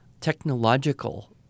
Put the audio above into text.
technological